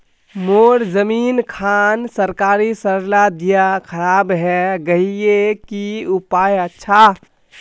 मोर जमीन खान सरकारी सरला दीया खराब है गहिये की उपाय अच्छा?